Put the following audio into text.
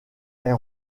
est